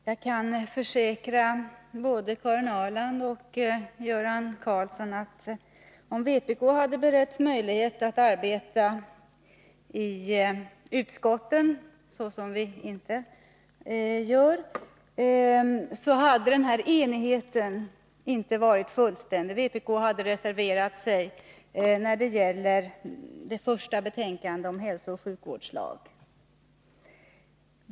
Herr talman! Jag kan försäkra både Karin Ahrland och Göran Karlsson att om vpk hade beretts möjlighet att arbeta i utskottet — vilket vi inte har — hade enigheten inte varit fullständig. Vpk hade reserverat sig när det gäller det första betänkandet om hälsooch sjukvårdslagen.